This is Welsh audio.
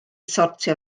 sortio